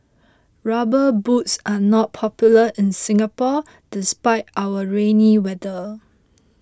rubber boots are not popular in Singapore despite our rainy weather